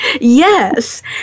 yes